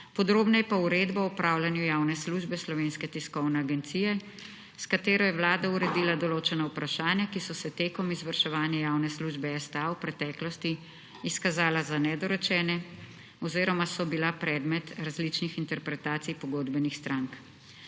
podrobneje pa uredbo o upravljanju javne službe slovenske tiskovne agencije s katero je Vlada uredila določena vprašanja, ki so se tekom izvrševanja javne službe STA v preteklosti izkazala za nedorečene oziroma so bila predmet različnih interpretacij pogodbenih strank.